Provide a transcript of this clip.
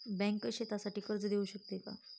Bank शेतीसाठी कर्ज देऊ शकते का?